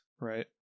right